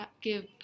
give